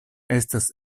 estas